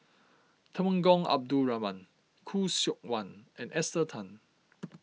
Temenggong Abdul Rahman Khoo Seok Wan and Esther Tan